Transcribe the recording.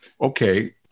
Okay